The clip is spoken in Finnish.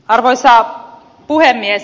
arvoisa puhemies